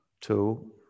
two